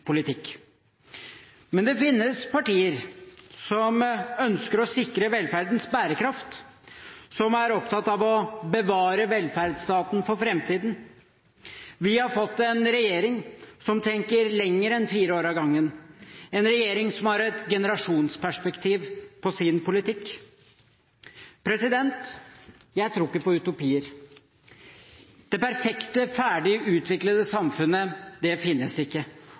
politikk. Men det finnes partier som ønsker å sikre velferdens bærekraft, som er opptatt av å bevare velferdsstaten for framtiden. Vi har fått en regjering som tenker lenger enn fire år av gangen, en regjering som har et generasjonsperspektiv på sin politikk. Jeg tror ikke på utopier. Det perfekte, ferdig utviklede samfunnet finnes ikke,